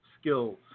skills